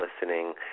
listening